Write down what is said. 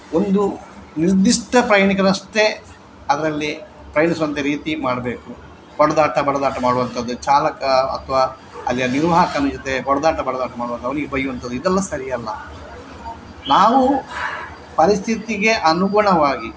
ಒಂದು ನಿರ್ದಿಷ್ಟ ಪ್ರಯಾಣಿಕರಷ್ಟೇ ಅದರಲ್ಲಿ ಪ್ರಯಾಣಿಸುವಂಥ ರೀತಿ ಮಾಡಬೇಕು ಹೊಡೆದಾಟ ಬಡಿದಾಟ ಮಾಡುವಂಥದ್ದು ಚಾಲಕ ಅಥ್ವಾ ಅಲ್ಲಿಯ ನಿರ್ವಾಹಕನಿರದೇ ಹೊಡೆದಾಟ ಬಡಿದಾಟ ಮಾಡುವಂಥದ್ದು ಅವನಿಗೆ ಬೈಯುವಂಥದ್ದು ಇದೆಲ್ಲ ಸರಿಯಲ್ಲ ನಾವು ಪರಿಸ್ಥಿತಿಗೆ ಅನುಗುಣವಾಗಿ